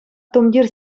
тумтир